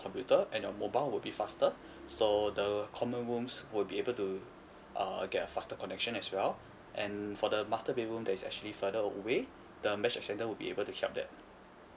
computer and your mobile will be faster so the common rooms will be able to uh get a faster connection as well and for the master bedroom that is actually further away the mesh extender will be able to help that